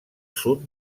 sud